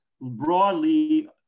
broadly